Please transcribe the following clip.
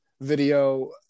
video